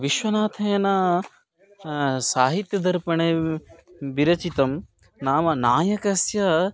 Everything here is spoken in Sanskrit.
विश्वनाथेन साहित्यदर्पणे व् विरचितं नाम नायकस्य